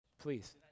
Please